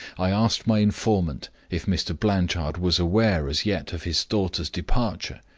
i asked my informant if mr. blanchard was aware as yet of his daughter's departure.